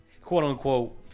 quote-unquote